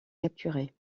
capturé